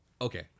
Okay